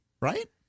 right